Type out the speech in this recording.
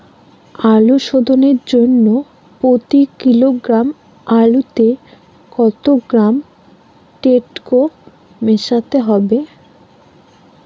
আলু শোধনের জন্য প্রতি কিলোগ্রাম আলুতে কত গ্রাম টেকটো মেশাতে হবে?